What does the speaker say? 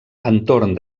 entorn